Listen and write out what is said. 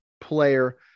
player